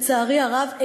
לצערי הרב,